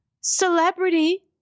celebrity